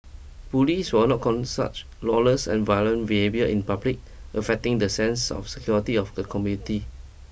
police will not con such lawless and violent behaviour in public affecting the sense of security of the community